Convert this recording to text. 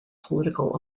political